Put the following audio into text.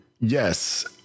yes